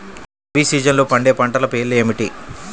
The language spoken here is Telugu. రబీ సీజన్లో పండే పంటల పేర్లు ఏమిటి?